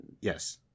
yes